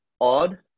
odd